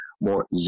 more